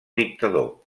dictador